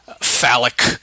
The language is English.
phallic